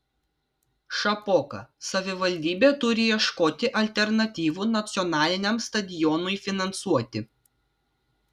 šapoka savivaldybė turi ieškoti alternatyvų nacionaliniam stadionui finansuoti